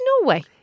Norway